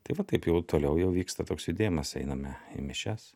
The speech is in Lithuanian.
tai va taip jau toliau jau vyksta toks judėjimas einame į mišias